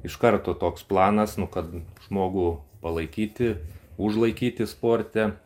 iš karto toks planas nu kad žmogų palaikyti užlaikyti sporte